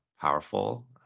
powerful